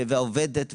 והעובדת.